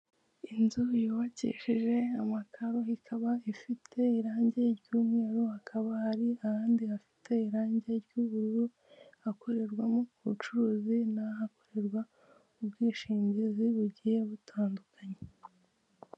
Inzu yubakishijeje amakaro ikaba ifite irangi ry'umweru, hakaba hari ahandi bafite irangi ry'ubururu ahakorerwamo ubucuruzi n'ahakorerwa ubwishingizi bugiye butandukanye.